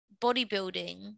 bodybuilding